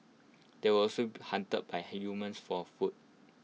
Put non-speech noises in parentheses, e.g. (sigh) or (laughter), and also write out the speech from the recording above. they were also (hesitation) hunted by humans for food